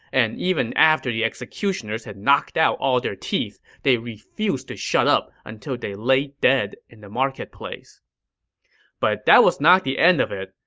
and even after the executioners had knocked out all their teeth, they refused to shut up until they laid dead in the marketplace but that was not the end of it.